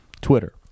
Twitter